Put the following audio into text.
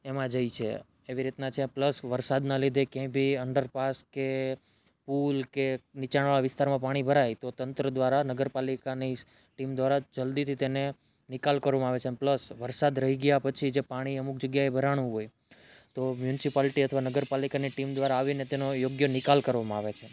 એમા જાય છે એવી રીતના છે પ્લસ વરસાદના લીધે કે ભી અંડર પાસ કે પુલ કે નીચાણવાળા વિસ્તારમાં પાણી ભરાય તો તંત્ર દ્રારા નગરપાલિકાની ટીમ દ્રારા જલ્દીથી તેને નિકાલ કરવામાં આવે છે પ્લસ વરસાદ રહી ગયા પછી જે પાણી અમુક જગ્યાએ ભરાણું હોય તો મ્યુનસીપાલિટી અથવા નગર પાલિકાની ટીમ દ્રારા આવીને તેનો યોગ્ય નિકાલ કરવામાં આવે છે